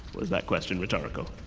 was that question rhetorical?